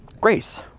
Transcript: grace